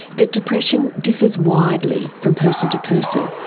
that depression differs widely from person to person.